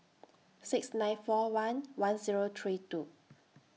six nine four one one Zero three two